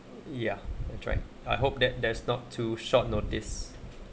yeah I'm trying I hope that there's not too short notice